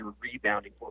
rebounding